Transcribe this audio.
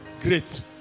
great